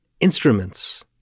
instruments